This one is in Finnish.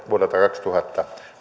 vuodelta kaksituhatta